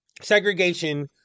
Segregation